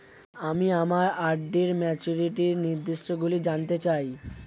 আমি আমার আর.ডি র ম্যাচুরিটি নির্দেশগুলি জানতে চাই